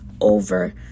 over